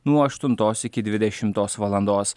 nuo aštuntos iki dvidešimtos valandos